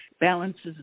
balances